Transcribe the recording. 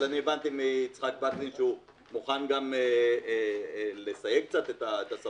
אבל הבנתי מיצחק וקנין שהוא מוכן גם לסייג קצת את הסמכות.